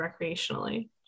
recreationally